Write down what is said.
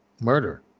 murder